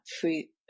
free